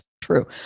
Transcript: true